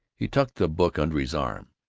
he tucked the book under his arm,